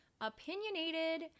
opinionated